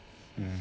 mm